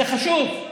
זה חשוב.